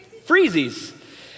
Freezies